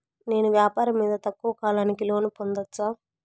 నేను వ్యాపారం మీద తక్కువ కాలానికి లోను పొందొచ్చా?